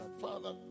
father